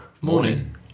Morning